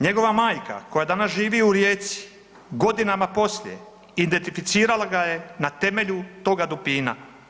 Njegova majka koja danas živi u Rijeci, godinama poslije identificirala ga je na temelju toga dupina.